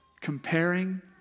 Comparing